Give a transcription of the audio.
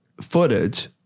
footage